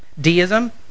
deism